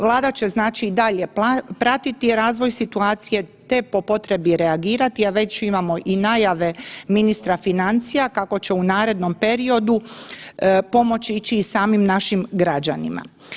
Vlada će znači i dalje pratiti razvoj situacije te po potrebi, reagirati, a već imamo i najave ministra financija, kako će u narednom periodu pomoć ići i samim našim građanima.